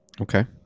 Okay